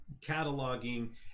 cataloging